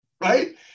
Right